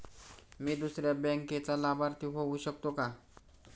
मी दुसऱ्या बँकेचा लाभार्थी होऊ शकतो का?